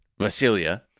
Vasilia